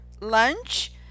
lunch